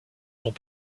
sont